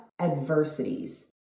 adversities